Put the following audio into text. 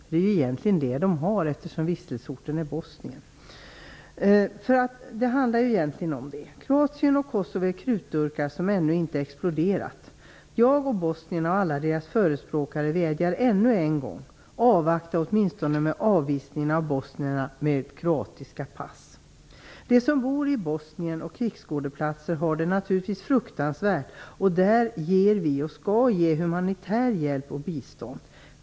Det är egentligen det de har, eftersom vistelseorten är Bosnien. Det är detta frågan i själva verket handlar om. Kroatien och Kosovo är krutdurkar som ännu inte exploderat. Jag, bosnierna och alla deras förespråkare vädjar ännu en gång: Avvakta åtminstone med avvisningen av bosnierna med kroatiska pass! De som bor i Bosnien och vid krigsskådeplatser har det naturligtvis fruktansvärt. Där ger vi och skall ge humanitär hjälp och bistånd.